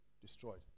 destroyed